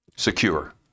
Secure